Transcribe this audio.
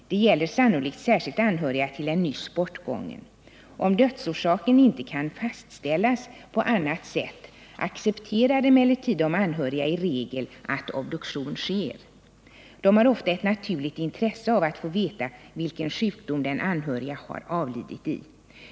Det gäller sannolikt särskilt anhöriga till en nyss bortgången. Om dödsorsaken inte kan fastställas på annat sätt accepterar emellertid de anhöriga i regel att obduktion sker. De har ofta ett naturligt intresse av att få veta vilken sjukdom den anhörige har avlidit i.